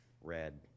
red